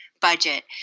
budget